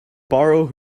borrow